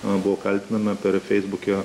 abu kaltinami per feisbuke